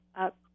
up